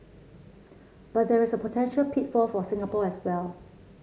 but there is a potential pitfall for Singapore as well